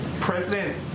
President